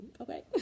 Okay